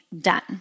done